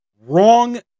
Wrong